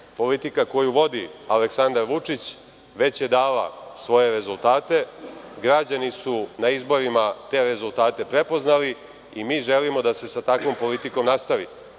politika koju vodi Aleksandar Vučić, već je dala svoje rezultate. Građani su na izborima te rezultate prepoznali i mi želimo da se sa takvom politikom nastavi. Vlada